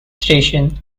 station